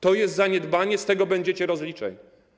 To jest zaniedbanie, z tego będziecie rozliczeni.